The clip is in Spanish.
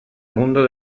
mundo